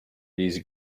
these